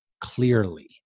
clearly